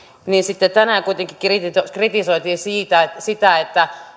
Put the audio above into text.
sitten tänään kuitenkin kritisoitiin sitä miksei hallitus